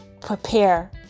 prepare